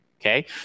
okay